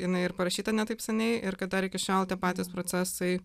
jinai ir parašyta ne taip seniai ir kad dar iki šiol tie patys procesai